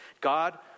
God